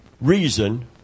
reason